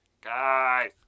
Guys